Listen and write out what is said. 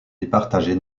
départager